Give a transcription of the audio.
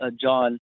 John